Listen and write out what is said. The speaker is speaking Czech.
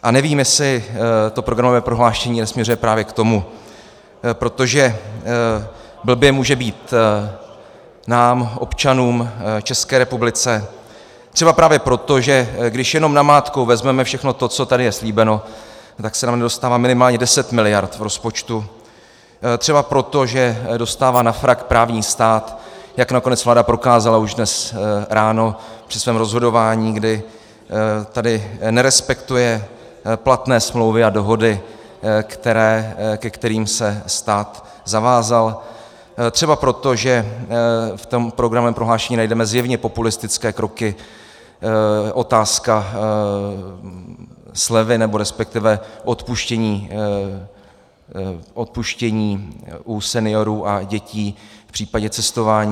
A nevím, jestli to programové prohlášení nesměřuje právě k tomu, protože blbě může být nám občanům v České republice třeba právě proto, že když jenom namátkou vezmeme všechno to, co tady je slíbeno, tak se nám nedostává minimálně 10 mld. v rozpočtu třeba proto, že dostává na frak právní stát, jak nakonec vláda prokázala už dnes ráno při svém rozhodování, kdy tady nerespektuje platné smlouvy a dohody, ke kterým se stát zavázal, třeba proto, že v tom programovém prohlášení najdeme zjevně populistické kroky, otázka slevy nebo respektive odpuštění u seniorů a dětí v případě cestování.